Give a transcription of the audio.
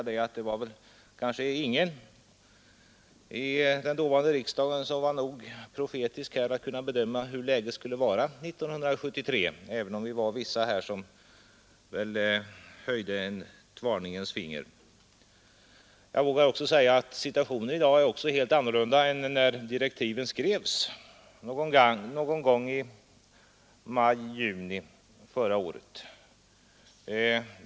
Det var kanske ingen i den dåvarande riksdagen som var nog profetisk att kunna bedöma hur läget skulle vara år 1973, även om vi var några stycken som höjde ett varningens finger. Situationen i dag är också helt annorlunda än när direktiven skrevs någon gång i maj-juni förra året.